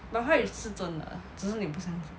but what if 真的只是你不相信